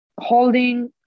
holding